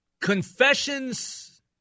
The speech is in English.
Confessions